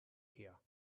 here